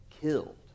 killed